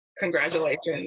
Congratulations